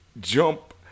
jump